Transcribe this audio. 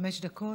חמש דקות.